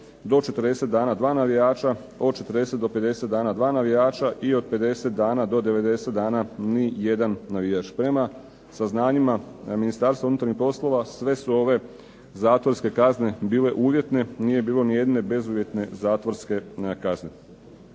do 40 dana 2 navijača, od 40 do 50 dana 2 navijača i od 50 dana do 90 dana ni jedan navijač. Prema saznanjima Ministarstva unutarnjih poslova sve te kazne su bile uvjetne nije bilo niti jedne bezuvjetne zatvorske kazne.